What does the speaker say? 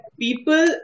people